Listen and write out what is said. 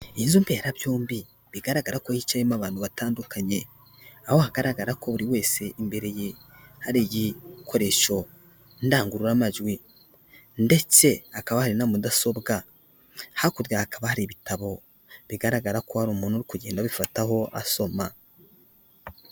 Inzu mberabyombi bigaragara ko yicayemo abantu batandukanye, aho hagaragara ko buri wese imbere ye hari igikoresho ndangururamajwi ndetse hakaba hari na mudasobwa hakurya hakaba hari ibitabo bigaragara ko hari umuntu kugenda abifataho asoma.